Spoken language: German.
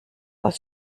aus